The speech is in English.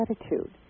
attitude